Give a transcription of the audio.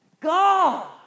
God